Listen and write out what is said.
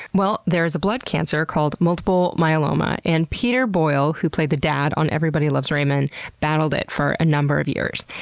well, there's blood cancer called multiple myeloma, and peter boyle, who played the dad on everybody loves raymond battled it for a number of years.